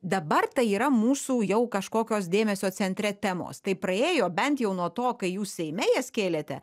dabar tai yra mūsų jau kažkokios dėmesio centre temos tai praėjo bent jau nuo to kai jūs seime jas kėlėte